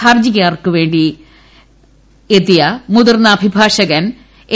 ഹർജിക്കാർക്ക് വേണ്ടി മുതിർന്ന അഭിഭാഷകൻ എ